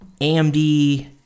AMD